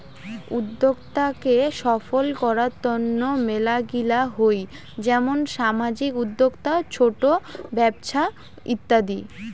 উদ্যোক্তা কে সফল করার তন্ন মেলাগিলা হই যেমন সামাজিক উদ্যোক্তা, ছোট ব্যপছা ইত্যাদি